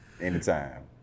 Anytime